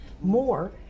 more